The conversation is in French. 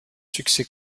succès